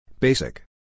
Basic